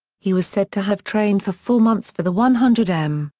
he was said to have trained for four months for the one hundred m,